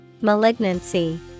Malignancy